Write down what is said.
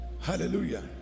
Hallelujah